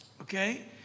Okay